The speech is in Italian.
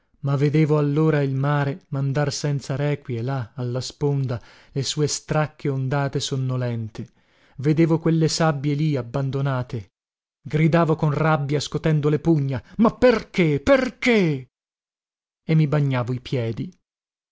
ma vedevo allora il mare mandar senza requie là alla sponda le sue stracche ondate sonnolente vedevo quelle sabbie lì abbandonate gridavo con rabbia scotendo le pugna ma perché ma perché e mi bagnavo i piedi